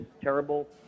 terrible